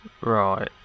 Right